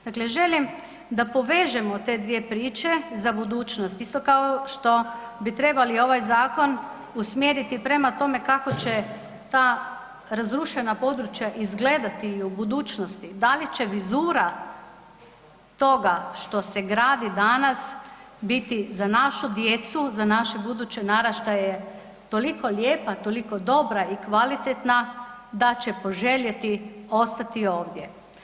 Dakle, želim da povežemo te dvije priče za budućnost, isto kao što bi trebali ovaj zakon usmjeriti prema tome kako će ta razrušena područja izgledati u budućnosti, da li će vizira toga što se gradi danas biti za našu djecu, za naše buduće naraštaje toliko lijepa, toliko dobra i kvalitetna, da će poželjeti ostati ovdje.